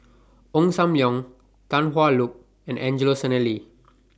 Ong SAM Leong Tan Hwa Luck and Angelo Sanelli